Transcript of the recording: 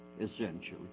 essentially